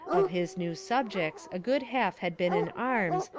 of his new subjects a good half had been in arms,